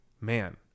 man